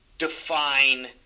define